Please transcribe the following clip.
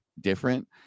different